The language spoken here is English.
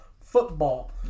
football